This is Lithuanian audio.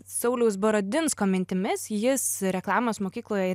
sauliaus baradinsko mintimis jis reklamos mokykloje